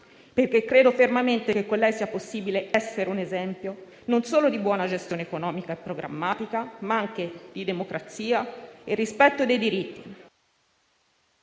perché credo fermamente che con lei sia possibile essere un esempio non solo di buona gestione economica e programmatica, ma anche di democrazia e rispetto dei diritti.